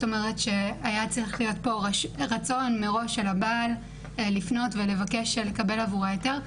היה צריך להיות רצון מראש של הבעל לפנות ולבקש לקבל עבורה היתר,